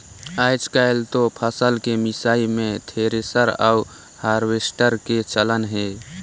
आयज कायल तो फसल के मिसई मे थेरेसर अउ हारवेस्टर के चलन हे